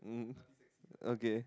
mm okay